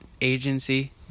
agency